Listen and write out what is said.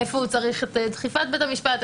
איפה הוא צריך את דחיפת בית המשפט,